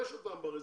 יש אותם ברזרבה.